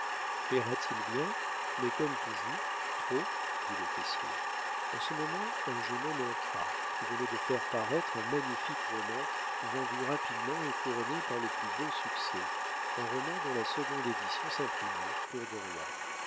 payera t il bien mais comme toujours trop dit le caissier en ce moment un jeune homme entra qui venait de faire paraître un magnifique roman vendu rapidement et couronné par le plus beau succès un roman dont la seconde édition s'imprimait pour